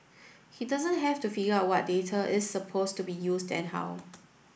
he doesn't have to figure out what data is supposed to be used and how